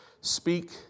speak